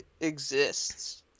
exists